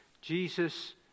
Jesus